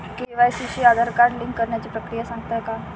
KYC शी Aadhaar card link करण्याची प्रक्रिया सांगता का?